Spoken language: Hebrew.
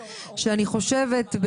שאני חושבת,